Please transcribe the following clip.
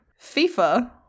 FIFA